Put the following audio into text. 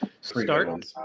Start